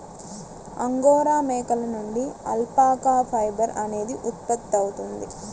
angora మేకల నుండి alpaca fibre అనేది ఉత్పత్తవుతుంది